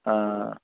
ਹਾਂ